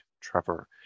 Trevor